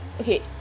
okay